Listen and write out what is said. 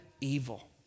evil